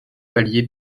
palier